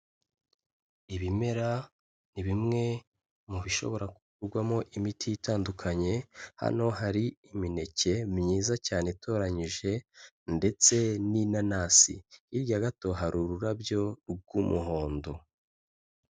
Ibimera ni bimwe mu bishobora gukurwamo imiti itandukanye, hano hari imineke myiza cyane itoranyije ndetse n'inanasi, hirya gato hari ururabyo rw'umuhondo.